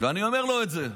אני אומר לו את זה.